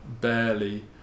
barely